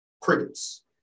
crickets